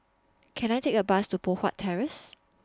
Can I Take A Bus to Poh Huat Terrace